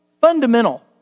fundamental